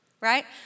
right